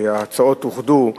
ההצעות אוחדו,